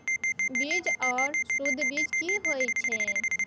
बीज आर सुध बीज की होय छै?